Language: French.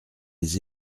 les